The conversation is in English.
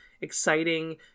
exciting